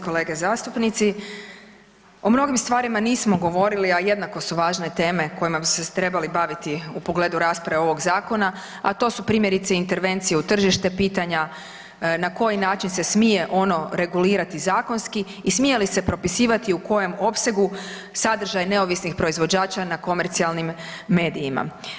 Kolegice i kolege zastupnici, o mnogim stvarima nismo govorili a jednako su važne teme kojima bi se trebali baviti u pogledu rasprave ovog zakona, a to su primjerice intervencije u tržište, pitanja na koji način se smije ono regulirati zakonski i smije li se propisivati i u kojem opsegu sadržaj neovisnih proizvođača na komercijalnim medijima.